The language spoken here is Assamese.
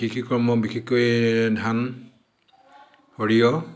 কৃষি কৰ্ম বিশেষকৈ ধান সৰিয়হ